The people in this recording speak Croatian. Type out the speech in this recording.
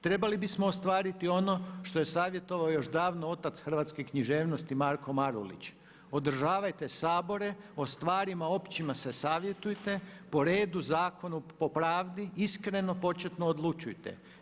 Trebali bismo ostvariti ono što je savjetovao još davno otac hrvatske književnosti Marko Marulić, „Održavajte sabore, o stvarima općima se savjetujte, po redu, zakonu, po pravdi, iskreno početno odlučujte.